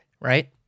right